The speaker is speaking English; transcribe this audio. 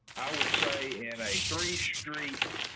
i would say in a three street